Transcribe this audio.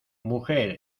mujer